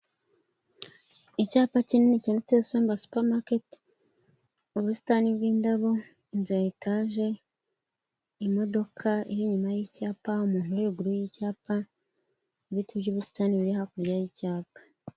Icyapa kinini cyanditseho Simba supa maketi. Ubusitani bw'indabo, inzu y'etage, imodoka iri inyuma y'icyapa, umuntu uri imbere y'icyapa, ibiti by'ubusitani biri hakurya y'icyapa.